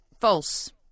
False